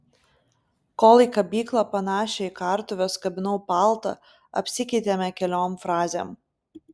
kol į kabyklą panašią į kartuves kabinau paltą apsikeitėme keliom frazėm